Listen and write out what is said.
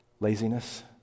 Laziness